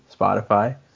Spotify